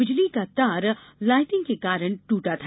बिजली का तार लाइटनिंग के कारण टूटा था